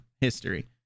history